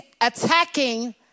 attacking